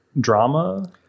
drama